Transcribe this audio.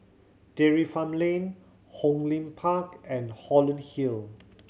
Dairy Farm Lane Hong Lim Park and Holland Hill